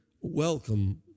welcome